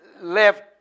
left